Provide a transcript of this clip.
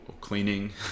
cleaning